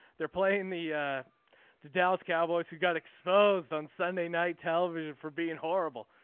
they're playing the the dallas cowboys who got exposed on sunday night television for being horrible.